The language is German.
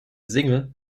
single